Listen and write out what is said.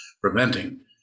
preventing